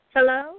Hello